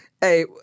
Hey